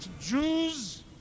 Jews